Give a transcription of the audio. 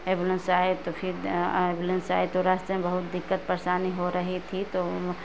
ambulance आये तो फिर एंबुलेंस आते तो रास्ते में बहुत दिक्कत परेशानी हो रही थी तो